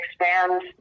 expand